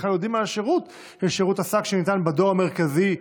בכלל יודעים על השירות של השק שניתן בדואר המרכזי,